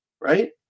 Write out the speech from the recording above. right